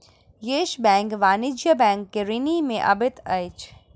yes Bank वाणिज्य bank के श्रेणी में अबैत अछि